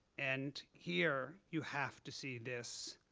and here, you have to see this.